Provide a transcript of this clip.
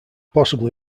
possibly